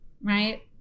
right